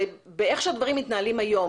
באיך שהדברים מתנהלים היום,